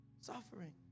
Suffering